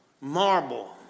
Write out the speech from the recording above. marble